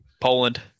Poland